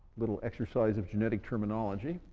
little exercise of genetic terminology.